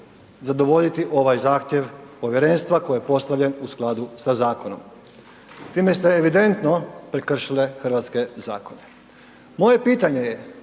zadovoljiti ovaj zahtjev povjerenstva koji je postavljen u skladu sa zakonom. Time ste evidentno prekršili hrvatske zakone. Moje pitanje je,